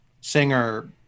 singer